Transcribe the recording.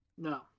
No